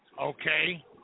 Okay